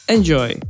Enjoy